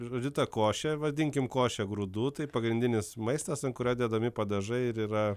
žodžiu ta košė vadinkim koše grūdų tai pagrindinis maistas ant kurio dedami padažai ir yra